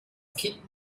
kind